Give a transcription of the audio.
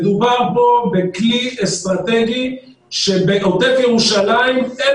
מדובר פה בכלי אסטרטגי שבעוטף ירושלים אין